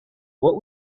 what